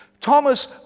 Thomas